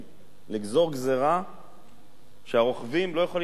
לגזור גזירה שהרוכבים לא יכולים לעמוד בה,